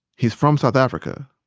he's from south africa,